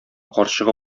карчыгы